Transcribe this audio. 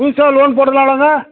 புதுசாக லோன் போட்டுரலாங்களாங்க